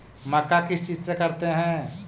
मक्का किस चीज से करते हैं?